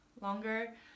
longer